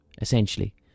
essentially